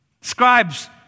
Scribes